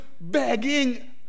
begging